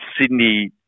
Sydney